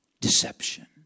deception